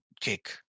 kick